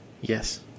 Yes